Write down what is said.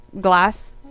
glass